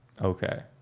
okay